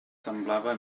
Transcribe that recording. semblava